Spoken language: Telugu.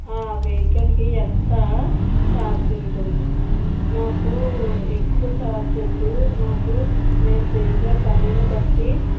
ఆ వెహికల్కి ఎంత ఛార్జ్ ఉంటుంది నాకు ఎక్కువ ఛార్జ్ వద్దూ నాకు నేను చేసే పనిని బట్టి